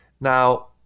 Now